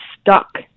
stuck